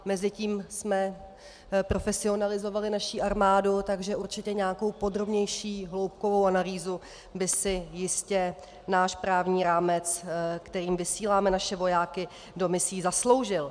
Mezitím jsme profesionalizovali naši armádu, takže určitě nějakou podrobnější hloubkovou analýzu by si jistě náš právní rámec, kterým vysíláme naše vojáky do misí, zasloužil.